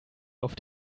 auf